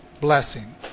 blessing